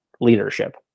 leadership